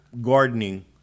gardening